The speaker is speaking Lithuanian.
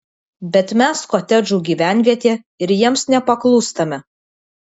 bet mes kotedžų gyvenvietė ir jiems nepaklūstame